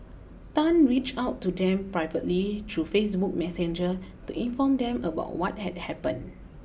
Tan reached out to them privately through Facebook Messenger to inform them about what had happened